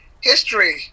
history